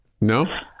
No